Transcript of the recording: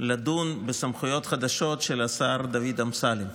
לדון בסמכויות חדשות של השר דוד אמסלם.